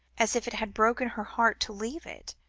as if it had broken her heart to leave it.